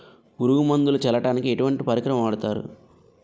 పురుగు మందులు చల్లడానికి ఎటువంటి పరికరం వాడతారు?